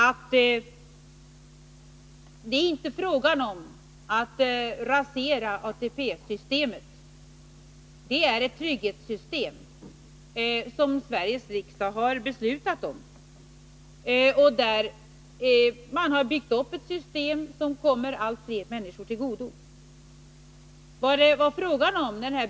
Det är inte fråga om att rasera ATP-systemet. Det är ett trygghetssystem som Sveriges riksdag har beslutat om. Man har byggt upp ett system som kommer allt fler människor till godo.